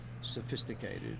sophisticated